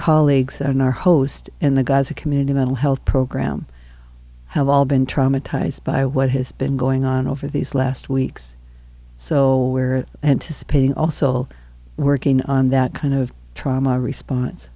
colleagues and our host in the gaza community mental health program have all been traumatized by what has been going on over these last weeks so we're anticipating also working on that kind of trauma response